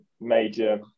major